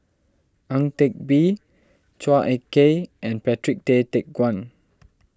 Ang Teck Bee Chua Ek Kay and Patrick Tay Teck Guan